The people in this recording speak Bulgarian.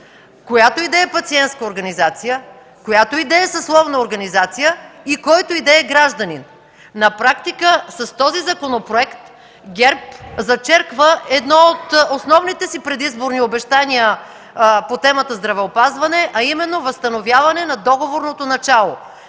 която и да е пациентска организация, която и да е съсловна организация и който е да е гражданин? На практика с този законопроект ГЕРБ зачерква едно от основните си предизборни обещания по темата „Здравеопазване”, а именно възстановяване на договорното начало.